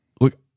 Look